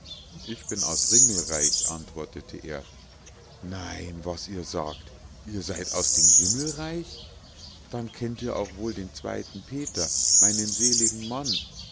ich bin aus ringelreich antwortete er nein was ihr sagt seid ihr aus dem himmelreich dann kennt ihr auch wohl den zweiten peter meinen seligen mann